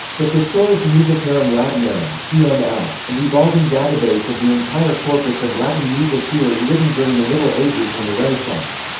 the thesaurus musicarum latinarum tml, an evolving database of the entire corpus of latin music theory written during the middle ages and the renaissance.